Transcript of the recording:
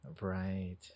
Right